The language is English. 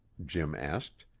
jim asked.